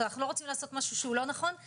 אנחנו לא רוצים לעשות משהו שהוא לא נכון,